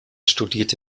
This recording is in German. studierte